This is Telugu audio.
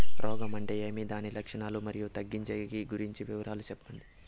రోగం అంటే ఏమి దాని లక్షణాలు, మరియు తగ్గించేకి గురించి వివరాలు సెప్పండి?